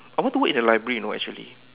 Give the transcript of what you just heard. I want to work in the library you know actually